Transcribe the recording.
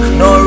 no